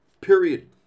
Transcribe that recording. period